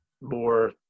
more